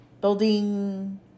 Building